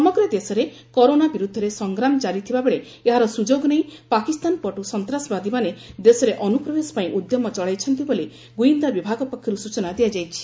ସମଗ୍ର ଦେଶରେ କରୋନା ବିରୋଧରେ ସଂଗ୍ରାମ କାରିଥିବାବେଳେ ଏହାର ସୁଯୋଗ ନେଇ ପାକିସ୍ତାନ ପଟୁ ସନ୍ତାସବାଦୀମାନେ ଦେଶରେ ଅନୁପ୍ରବେଶପାଇଁ ଉଦ୍ୟମ ଚଳାଇଛନ୍ତି ବୋଲି ଗୁଇନ୍ଦା ବିଭାଗ ପକ୍ଷରୁ ସ୍ନଚନା ଦିଆଯାଇଛି